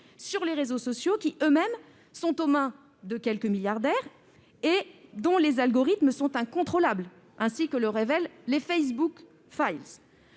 sur les réseaux sociaux, qui sont eux aussi aux mains de quelques milliardaires et dont les algorithmes sont incontrôlables, ainsi que le révèlent les. Dans ce